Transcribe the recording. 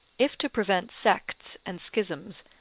if to prevent sects and schisms,